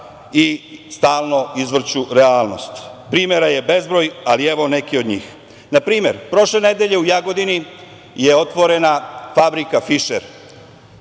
i stalno izvrću realnost. Primera je bezbroj, ali evo nekih od njih. Na primer, prošle nedelje u Jagodini je otvorena fabrika „Fišer“,